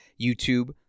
YouTube